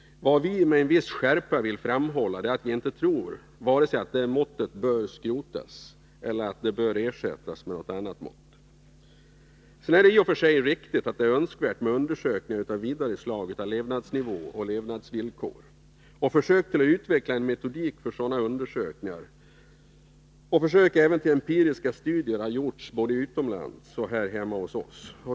Vi vill med en viss skärpa framhålla att vi inte tror vare sig att måttet bör skrotas eller ersättas med något annat mått. Sedan är det i och för sig riktigt att det är önskvärt med undersökningar av vidare slag av levnadsnivå och levnadsvillkor. Försök att utveckla en metodik för sådana undersökningar och även empiriska studier har gjorts både utomlands och i vårt land.